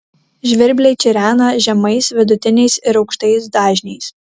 žvirbliai čirena žemais vidutiniais ir aukštais dažniais